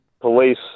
police